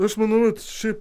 aš manau kad šiaip